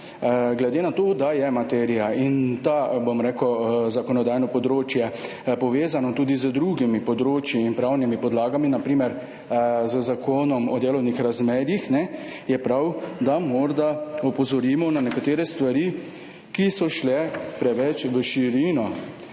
glede na to, da sta materija in zakonodajno področje povezana tudi z drugimi področji in pravnimi podlagami, na primer z Zakonom o delovnih razmerjih, je prav, da morda opozorimo na nekatere stvari, ki so šle preveč v širino.